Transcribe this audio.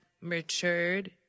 matured